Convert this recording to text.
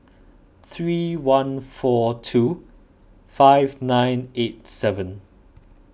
three one four two five nine eight seven